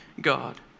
God